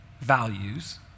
values